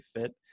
fit